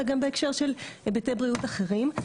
אלא גם בהקשר של היבטי בריאות אחרים,